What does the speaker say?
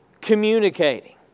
communicating